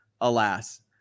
alas